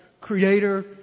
Creator